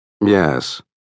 Yes